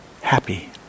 happy